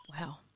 Wow